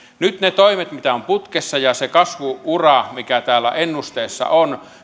nyt ne toimet mitä on putkessa ja se kasvu ura mikä täällä ennusteessa on